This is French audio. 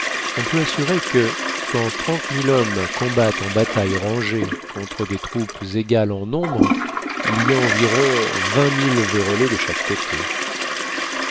on peut assurer que quand trente mille hommes combattent en bataille rangée contre des troupes égales en nombre il y a environ vingt mille vérolés de chaque côté